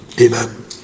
Amen